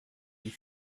you